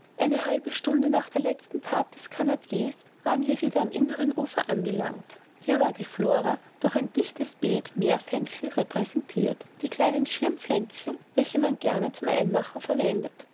eine halbe stunde nach der letzten that des canadiers waren wir wieder am inneren ufer angelangt hier war die flora durch ein dichtes beet meerfenchel repräsentirt die kleinen schirmpflänzchen welche man gerne zum einmachen verwendet